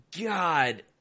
God